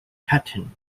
pattern